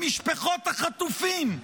למשפחות החטופים.